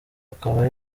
akaba